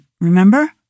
remember